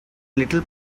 little